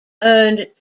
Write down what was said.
earned